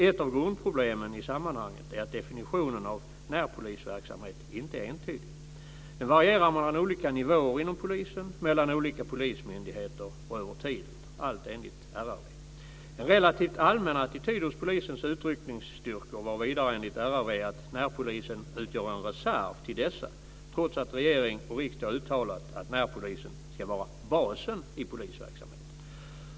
Ett av grundproblemen i sammanhanget är att definitionen av närpolisverksamhet inte är entydig. Den varierar mellan olika nivåer inom polisen, mellan olika polismyndigheter och över tiden, allt enligt En relativt allmän attityd hos polisens utryckningsstyrkor var vidare enligt RRV att närpolisen utgör en reserv till dessa, trots att regering och riksdag uttalat att närpolisen ska vara basen i polisverksamheten.